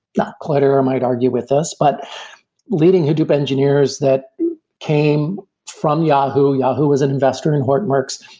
yeah cloudera might argue with us, but leading hadoop engineers that came from yahoo. yahoo was an investor in hortonworks,